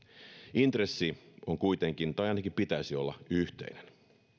intressi on kuitenkin tai ainakin pitäisi olla yhteinen